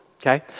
Okay